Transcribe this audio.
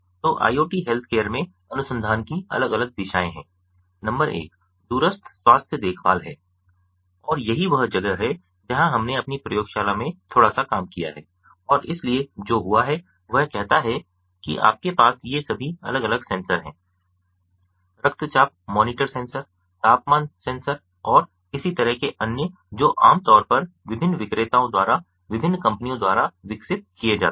तो IoT healthcare में अनुसंधान की अलग अलग दिशाएं हैं नंबर एक दूरस्थ स्वास्थ्य देखभाल है और यही वह जगह है जहां हमने अपनी प्रयोगशाला में थोड़ा सा काम किया है और इसलिए जो हुआ है वह कहता है कि आपके पास ये सभी अलग अलग सेंसर हैं रक्तचाप मॉनिटर सेंसर तापमान सेंसर और इसी तरह के अन्य जो आम तौर पर विभिन्न विक्रेताओं द्वारा विभिन्न कंपनियों द्वारा विकसित किए जाते हैं